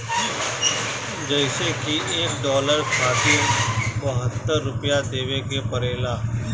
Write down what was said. जइसे की एक डालर खातिर बहत्तर रूपया देवे के पड़ेला